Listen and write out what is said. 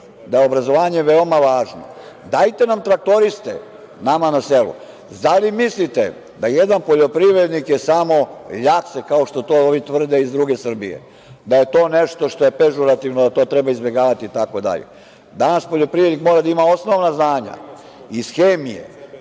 da je obrazovanje veoma važno. Dajte nam traktoriste, nama na selu. Da li mislite da je jedan poljoprivrednik samo ljakse, kao što to ovi tvrde iz druge Srbije, da je to nešto što je pežorativno, da to treba izbegavati itd? Danas poljoprivrednik mora da ima osnovna znanja iz hemije,